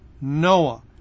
Noah